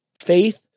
faith